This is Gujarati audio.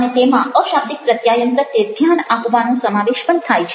અને તેમાં અશાબ્દિક પ્રત્યાયન પ્રત્યે ધ્યાન આપવાનો સમાવેશ પણ થાય છે